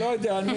לכן אנחנו